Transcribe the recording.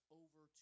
over